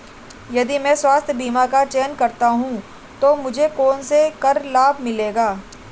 यदि मैं स्वास्थ्य बीमा का चयन करता हूँ तो मुझे कौन से कर लाभ मिलेंगे?